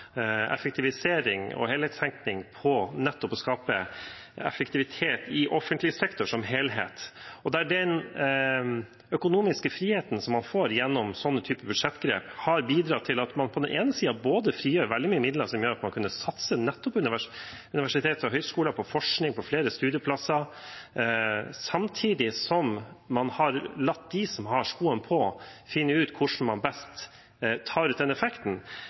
effektivisering og helhetstenkning på, nettopp for å skape effektivitet i offentlig sektor som helhet. Den økonomiske friheten man får gjennom slike budsjettgrep, bidrar til at man på den ene siden frigjør veldig mye midler som gjør at man kan satse nettopp på universiteter og høyskoler, på forskning, på flere studieplasser, samtidig som man har latt dem som har skoen på, finne ut hvordan man best tar ut den effekten.